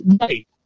Right